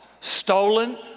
stolen